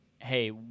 hey